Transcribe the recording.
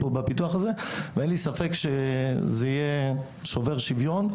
ואין לי ספק שזה יהיה שובר שוויון,